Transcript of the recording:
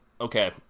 Okay